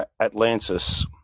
Atlantis